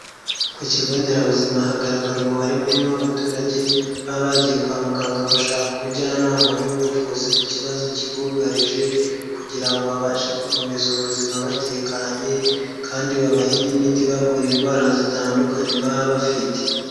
Ku kigo nderabuzima hagaragara umubare munini w'abaturage, baba bagiye kwa muganga gushaka ubujyanama n'ubuvuzi ku kibazo kibugarije, kugira ngo babashe gukomeza ubuzima batekanye, kandi babahe n'imiti ibavura indwara zitandukanye baba bafite.